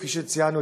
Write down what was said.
כפי שציינו,